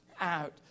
out